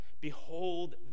behold